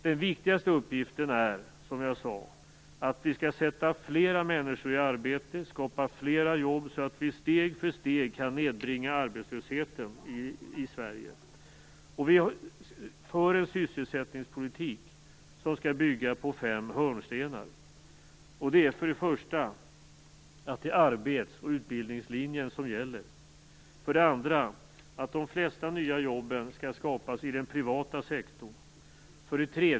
Den viktigaste uppgiften är, som jag sade, att vi skall sätta fler människor i arbete och skapa fler jobb, så att vi steg för steg kan nedbringa arbetslösheten i Sverige. Vi för en sysselsättningspolitik som skall bygga på fem hörnstenar. 1. Det är arbets och utbildningslinjen som gäller. 2. De flesta nya jobb skall skapas i den privata sektorn. 3.